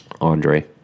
andre